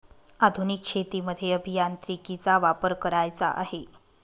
आधुनिक शेतीमध्ये अभियांत्रिकीचा वापर करायचा आहे